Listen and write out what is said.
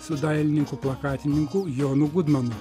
su dailininku plakatininku jonu gudmonu